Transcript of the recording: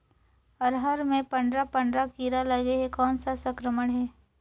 अरहर मे पंडरा पंडरा कीरा लगे हे कौन सा संक्रमण हे?